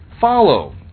follow